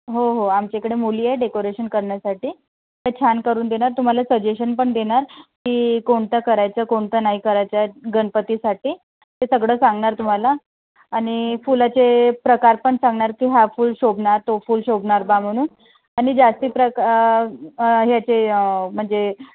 हो हो आमच्या इकडे मुली आहे डेकोरेशन करण्यासाठी त्या छान करून देणार तुम्हाला सजेशन पण देणार की कोणतं करायचं कोणतं नाही करायच्या आहेत गणपतीसाठी ते सगळं सांगणार तुम्हाला आणि फुलाचे प्रकार पण सांगणार की हा फूल शोभणार तो फूल शोभणार बा म्हणून आणि जास्त प्रका ह्याचे म्हणजे